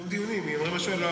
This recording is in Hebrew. זה מה שהביאו לי.